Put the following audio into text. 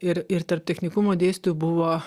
ir ir tarp technikumo dėstytojų buvo